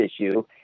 issue